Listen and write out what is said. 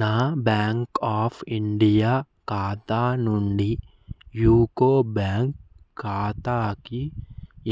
నా bank of India ఖాతా నుండి యూకో బ్యాంక్ ఖాతాకి